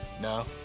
No